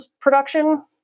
production